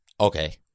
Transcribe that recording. Okay